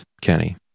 Kenny